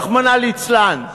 רחמנא ליצלן.